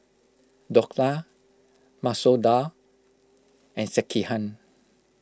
Dhokla Masoor Dal and Sekihan